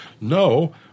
No